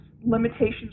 limitations